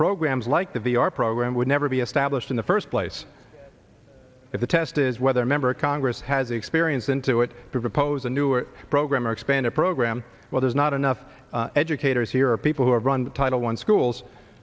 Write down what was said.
programs like the our program would never be established in the first place if the test is whether a member of congress has experience into it propose a newer program or expand a program where there's not enough educators here of people who have run title one schools